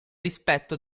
rispetto